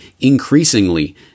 increasingly